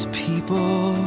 people